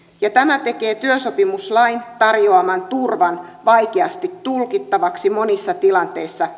ja tämä tekee työsopimuslain tarjoaman turvan vaikeasti tulkittavaksi monissa tilanteissa